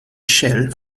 shell